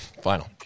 final